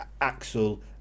Axel